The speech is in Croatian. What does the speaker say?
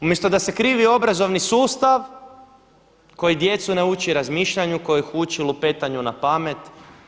Umjesto da se krivi obrazovni sustav koji djecu ne uči razmišljanju, koji ih uči lupetanju na pamet.